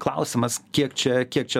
klausimas kiek čia kiek čia tame protingumo